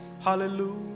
Hallelujah